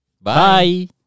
Bye